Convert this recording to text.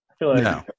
no